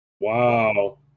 Wow